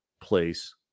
place